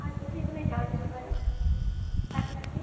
আর কোথায় কোথায় যাওয়া যেতে পারে তার ক্ষেত্রে